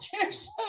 Cheers